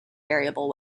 variable